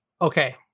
Okay